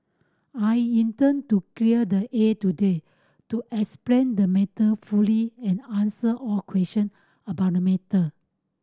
I intend to clear the air today to explain the matter fully and answer all question about the matter